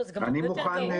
אני מוכן להשיב.